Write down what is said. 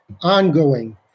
ongoing